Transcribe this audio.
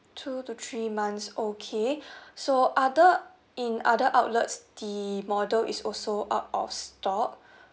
two to three months okay so other in other outlets the model is also out of stock